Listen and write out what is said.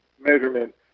measurement